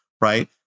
right